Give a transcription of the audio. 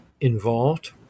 involved